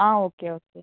okay okay